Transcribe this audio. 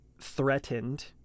Threatened